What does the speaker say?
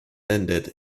ended